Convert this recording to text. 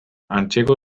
antzeko